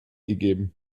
gegeben